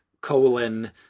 colon